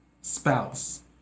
spouse